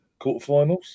quarterfinals